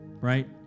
right